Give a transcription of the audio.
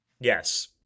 Yes